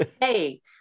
hey